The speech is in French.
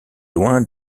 loin